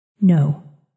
No